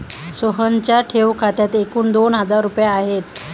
सोहनच्या ठेव खात्यात एकूण दोन हजार रुपये आहेत